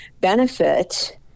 benefit